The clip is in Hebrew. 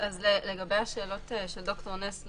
לגבי השאלות של ד"ר נס,